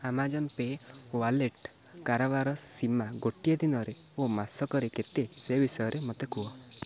Amazon Pay wallet କାରବାର ସୀମା ଗୋଟିଏ ଦିନରେ ଓ ମାସକରେ କେତେ ସେ ବିଷୟରେ ମୋତେ କୁହ